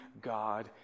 God